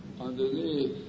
Underneath